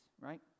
Right